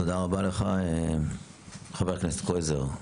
תודה רבה לך חבר הכנסת קרויזר,